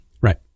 Right